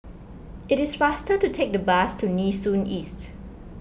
it is faster to take the bus to Nee Soon East